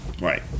right